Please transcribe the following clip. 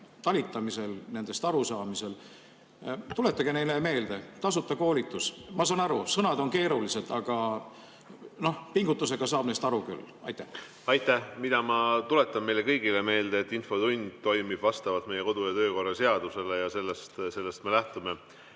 talitamisel, nendest arusaamisel. Tuletage neile meelde – tasuta koolitus. Ma saan aru, sõnad on keerulised, aga noh, pingutusega saab neist aru küll. Aitäh! Ma tuletan meile kõigile meelde, et infotund toimub vastavalt meie kodu‑ ja töökorra seadusele ja sellest me lähtume.